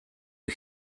you